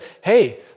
hey